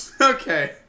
Okay